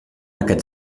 aquest